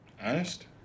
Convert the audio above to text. Honest